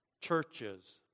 churches